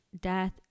death